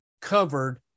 covered